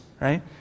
right